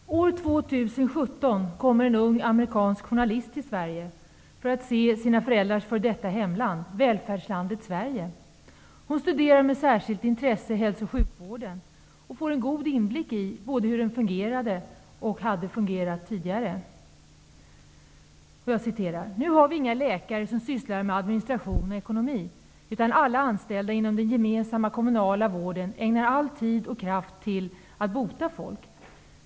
Fru talman! År 2017 kommer en ung amerikansk journalist till Sverige för att se sina föräldrars f.d. hemland, välfärdslandet Sverige. Hon studerar med särskilt intresse hälso och sjukvården, och hon får en god inblick i hur den för närvarande fungerar och hur den fungerade tidigare. ''Nu har vi inga läkare som sysslar med administration och ekonomi, utan alla anställda inom den gemensamma, kommunala vården ägnar all tid och kraft till att bota folk.